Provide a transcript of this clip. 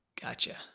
Gotcha